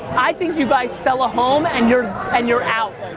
i think you guys sell a home and you're and you're out.